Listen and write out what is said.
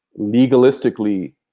legalistically